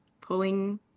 pulling